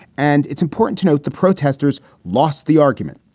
and it's important to note the protesters lost the argument.